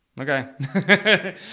Okay